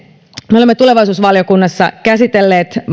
me olemme tulevaisuusvaliokunnassa käsitelleet